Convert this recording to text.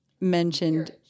mentioned